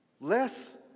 less